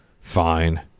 Fine